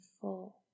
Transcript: full